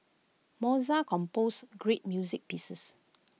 Mozart composed great music pieces